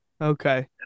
Okay